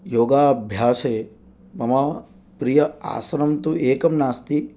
योगाभ्यासे मम प्रिय आसनं तु एकं नास्ति